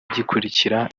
gikurikira